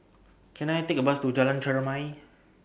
Can I Take A Bus to Jalan Chermai